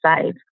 save